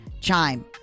Chime